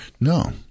No